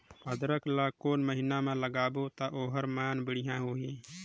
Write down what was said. अदरक ला कोन महीना मा लगाबो ता ओहार मान बेडिया होही?